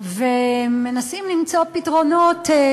ומנסים למצוא פתרונות.